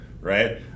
right